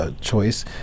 Choice